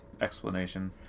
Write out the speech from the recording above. explanation